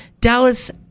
Dallas